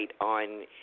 on